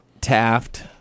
taft